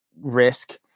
risk